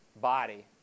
body